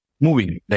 moving